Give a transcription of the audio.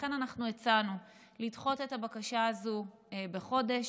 לכן אנחנו הצענו לדחות את הבקשה הזו בחודש,